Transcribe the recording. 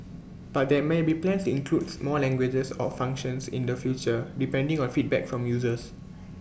but there may be plans to includes more languages or functions in the future depending on feedback from users